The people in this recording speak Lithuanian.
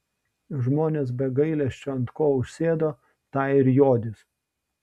žmonės be gailesčio ant ko užsėdo tą ir jodys